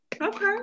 Okay